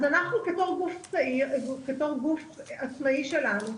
אז אנחנו בתור גוף עצמאי שלנו,